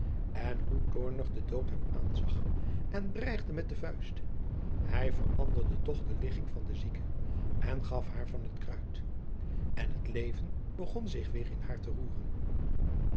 en hoe toornig de dood hem aanzag en dreigde met de vuist hij veranderde toch de ligging van de zieke en gaf haar van het kruid en het leven begon zich weêr in haar te roeren